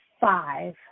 five